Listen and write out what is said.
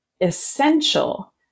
essential